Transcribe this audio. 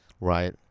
right